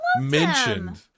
mentioned